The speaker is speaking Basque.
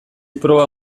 proba